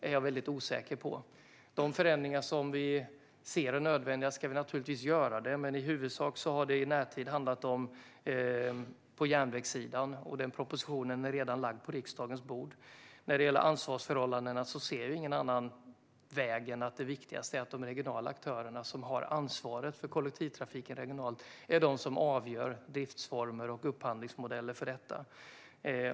De nödvändiga förändringarna ska vi naturligtvis göra. Men i huvudsak har det i närtid handlat om järnvägssidan, och den propositionen ligger redan på riksdagens bord. När det gäller ansvarsförhållandena ser jag ingen annan väg än att det viktigaste är att de regionala aktörerna, som har ansvaret för kollektivtrafiken regionalt, ska avgöra driftsformer och upphandlingsmodeller för detta.